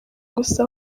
gusa